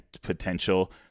potential